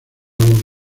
los